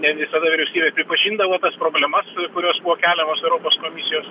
ne visada vyriausybė pripažindavo tas problemas kurios buvo keliamos europos komisijos